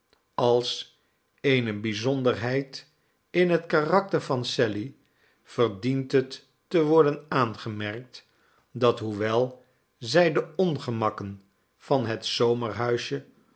als eene bijzonderheid in het karakker van sally verdient het te worden aangemerkt dat hoewel zij de ongemakken van het